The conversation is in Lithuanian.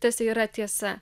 tas yra tiesa